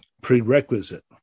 prerequisite